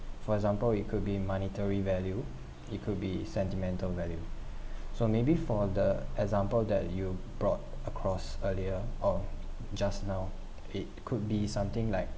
for example it could be monetary value it could be sentimental value so maybe for the example that you brought across earlier or just now it could be something like